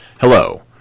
Hello